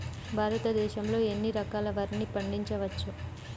భారతదేశంలో ఎన్ని రకాల వరిని పండించవచ్చు